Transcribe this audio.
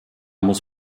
muss